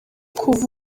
kuva